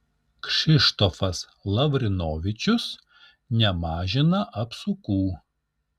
kšištofas lavrinovičius nemažina apsukų